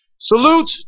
Salute